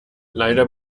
leider